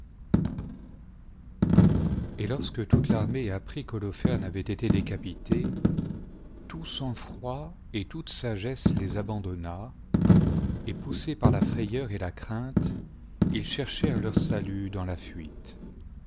et lorsque toute l'armée apprit qu'holoferne avait été décapité tout sang-fi-oid et toute sagesse les abandonna et poussés par la frayeur et la crainte ils cherchèrent leur salut dans la fuite